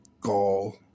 gall